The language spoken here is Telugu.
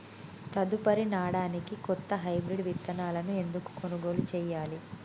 తదుపరి నాడనికి కొత్త హైబ్రిడ్ విత్తనాలను ఎందుకు కొనుగోలు చెయ్యాలి?